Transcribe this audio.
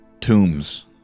tombs